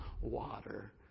water